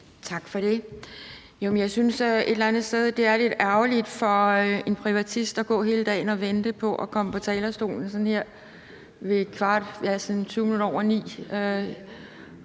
Tak for det. Jeg synes et eller andet sted, det er lidt ærgerligt for en privatist at gå hele dagen og vente på at komme på talerstolen her klokken tyve minutter over ni,